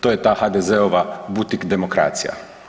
To je ta HDZ-ova butik demokracije.